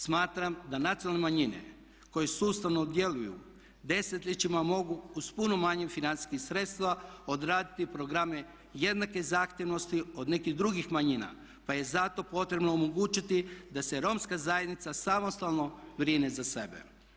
Smatram da nacionalne manjine koje sustavno djeluju desetljećima mogu uz puno manje financijskih sredstva odraditi programe jednake zahtjevnosti od nekih drugih manjina pa je zato potrebno omogućiti da se Romska zajednica samostalno brine za sebe.